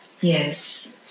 Yes